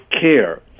care